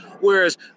Whereas